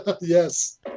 Yes